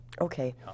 Okay